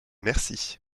merci